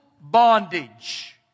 bondage